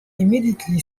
immediately